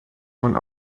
und